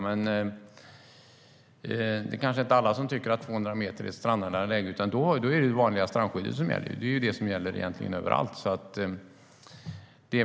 Alla kanske inte tycker att 200 meter är strandnära läge, utan då gäller det vanliga strandskyddet. Det är det som egentligen gäller överallt.